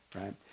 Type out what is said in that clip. right